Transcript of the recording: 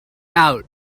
out